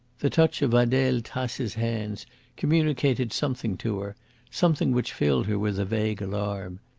the touch of adele tace's hands communicated something to her something which filled her with a vague alarm.